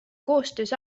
koostöös